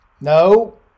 No